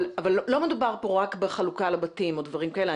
אבל לא מדובר פה רק בחלוקה לבתים, או דברים כאלה.